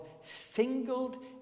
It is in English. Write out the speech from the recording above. singled